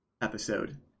episode